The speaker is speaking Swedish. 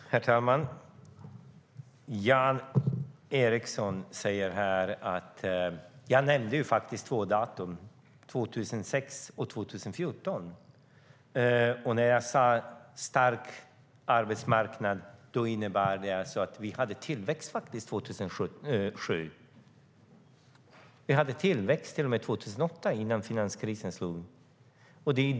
Herr talman! När det gäller det Jan Ericson sade nämnde jag faktiskt två årtal: 2006 och 2014. När jag talade om en stark arbetsmarknad menade jag att vi hade tillväxt 2007. Vi hade till och med tillväxt 2008, innan finanskrisen slog till.